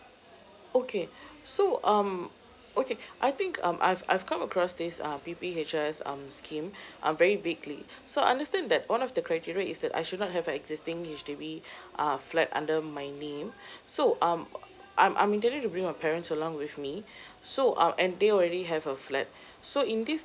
okay so um okay I think um I've I've come across this uh P_P_H_S um scheme uh very vaguely so understand that one of the criteria is that I should not have an existing H_D_B uh flat under my name so um I'm I'm intending to bring my parents along with me so um and they already have a flat so in this